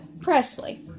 Presley